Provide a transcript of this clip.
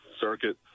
Circuit